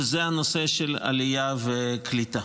נושא עלייה וקליטה.